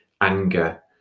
anger